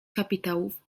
kapitałów